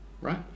right